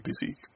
busy